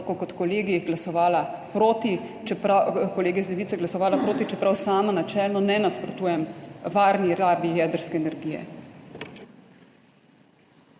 tako kot kolegi iz Levice glasovala proti, čeprav sama načelno ne nasprotujem varni rabi jedrske energije.